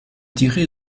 tiré